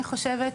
אני חושבת,